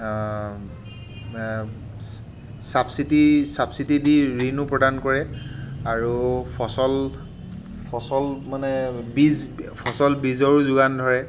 subsidy subsidy দি ঋণো প্ৰদান কৰে আৰু ফচল ফচল মানে বীজ ফচল বীজৰো যোগান ধৰে